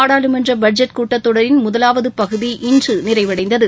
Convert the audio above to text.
நாடாளுமன்ற பட்ஜெட் கூட்டத் தொடரின் முதலாவது பகுதி இன்று நிறைவடைந்தது